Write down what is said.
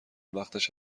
وقتش